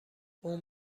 اون